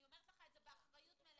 אני אומרת לך את זה באחריות מלאה.